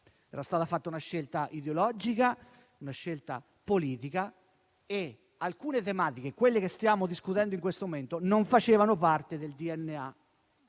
Era stata fatta una scelta ideologica, una scelta politica, e alcune tematiche - quelle che stiamo discutendo in questo momento - non facevano parte del DNA